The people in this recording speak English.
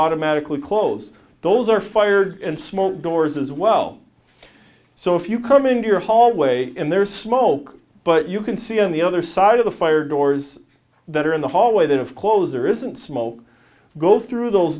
automatically close those are fired and small doors as well so if you come in your hallway and there's smoke but you can see on the other side of the fire doors that are in the hallway that of closer isn't smoke go through those